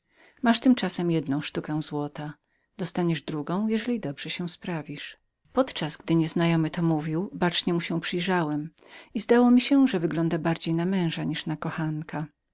masz tymczasem jedną sztukę złota dostaniesz drugą jeżeli dobrze się sprawisz podczas gdy nieznajomy to mówił bacznie mu się przypatrywałem i zdało mi się że wyglądał bardziej na męża jak na kochanka